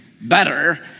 better